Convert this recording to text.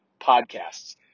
podcasts